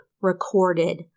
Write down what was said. recorded